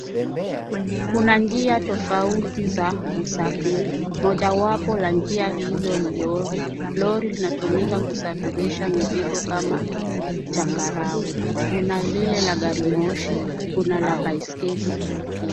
Kuna njia tofauti za usafiri. Mojawapo la njia hizo ni lori. Lori linatumika kusafirisha mizigo kama changarawe. Kuna lile la garimoshi, kuna la baiskeli pia.